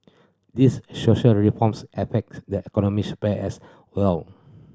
these social reforms affect the economic sphere as well